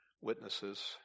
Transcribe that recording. witnesses